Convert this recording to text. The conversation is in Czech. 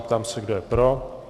Ptám se, kdo je pro.